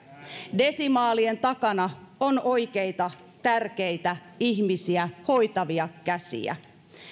desimaalien takana on oikeita tärkeitä ihmisiä hoitavia käsiä